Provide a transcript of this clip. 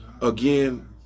Again